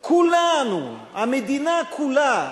כולנו, המדינה כולה בודקת,